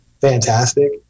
Fantastic